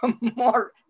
more